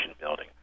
building